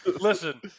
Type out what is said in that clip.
Listen